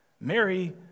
Mary